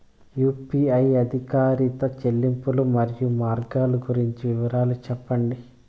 UPI ఆధారిత చెల్లింపులు, మరియు మార్గాలు గురించి వివరాలు సెప్పండి?